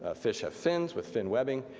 ah fish had fins with fin webbing,